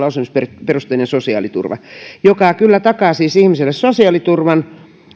on asumisperusteinen sosiaaliturva joka kyllä siis takaa ihmiselle sosiaaliturvan